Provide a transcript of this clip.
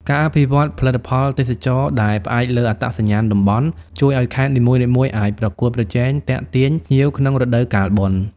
ការអភិវឌ្ឍផលិតផលទេសចរណ៍ដែលផ្អែកលើអត្តសញ្ញាណតំបន់ ជួយឱ្យខេត្តនីមួយៗអាចប្រកួតប្រជែងទាក់ទាញភ្ញៀវក្នុងរដូវកាលបុណ្យ។